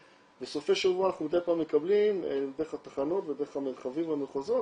בסופי שבוע אנחנו מדי פעם מקבלים דרך התחנות ודרך המרחבים והמחוזות